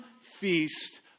feast